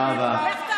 תודה רבה.